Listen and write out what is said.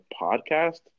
podcast